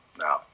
No